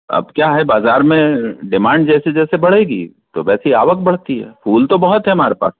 अब क्या है बाजार में डिमांड जैसे जैसे बढ़ेगी तो वैसे आवक बढ़ती है फूल तो बहुत है हमारे पास